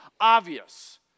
obvious